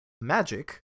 magic